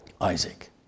Isaac